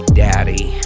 daddy